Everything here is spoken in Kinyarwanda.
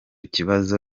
kibazo